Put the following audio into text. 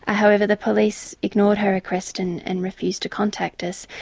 ah however the police ignored her request and and refused to contact us,